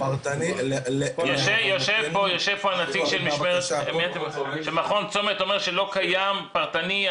הוא פרטני --- יושב פה נציג של מכון צומת ואומר שלא קיים פרטני,